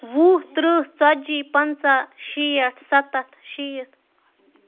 وُہ ترٕٛہ ژَتجی پَنٛژاہ شیٚٹھ سَتَتھ شیٖتھ